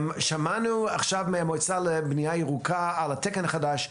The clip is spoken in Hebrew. שמענו עכשיו מהמועצה לבנייה ירוקה על התקן החדש.